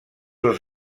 dels